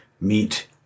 Meet